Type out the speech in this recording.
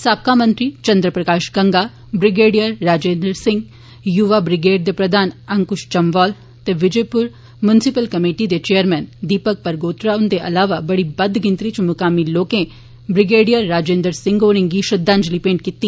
साबका मंत्री चन्द्रप्रकाश गंगा ब्रिगेडियर राजेन्द्र सिंह युवा ब्रिगेड दे प्रधान अंकुश जम्वाल ते विजयपुर म्युनिस्पल कमेटी दे चेयरमैन दीपक परगोत्रा हुन्दे अलावा बड़ी बद्द गिनत्री च मकामी लोकें ब्रिगेडियर राजेन्द्र सिंह होरें गी श्रद्वांजलि भेंट कीती